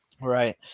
Right